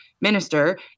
minister